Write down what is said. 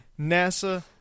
NASA